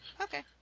Okay